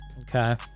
Okay